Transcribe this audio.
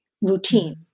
routine